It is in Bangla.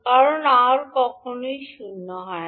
কারণ r কখনই শূন্য হয় না